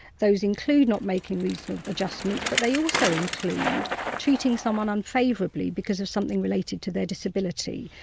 those include not making reasonable adjustments but they also include treating someone unfavourably because of something related to their disability.